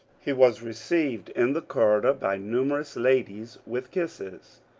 he was received in the corrider by numerous ladies with kisses.